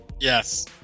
Yes